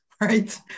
Right